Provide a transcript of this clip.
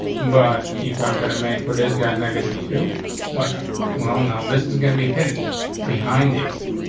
but if i'm gonna make for this guy negative to what happens well, now this is gonna be hidden behind the image.